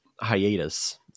hiatus